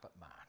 man